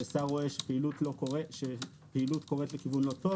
ששר רואה שפעילות קורית לכיוון לא טוב